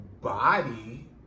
body